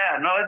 no